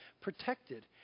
protected